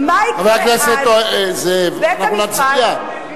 חבר הכנסת זאב, נכריע.